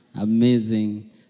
Amazing